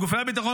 גופי הביטחון,